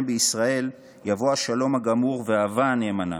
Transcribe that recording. בישראל יבוא השלום הגמור והאהבה הנאמנה,